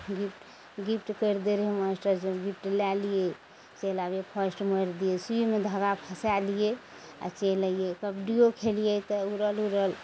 gift gift करि दै रहय मास्टर सब गिफ्ट लए लिअ चलि आबइए फर्स्ट मारि दियै सुइमे धागा फँसा लियै आओर चलि अइए कबड्डियो खेलियइ तऽ उड़ल उड़ल